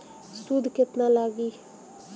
सूद केतना लागी?